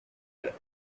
elle